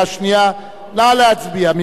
נא להצביע בקריאה שנייה.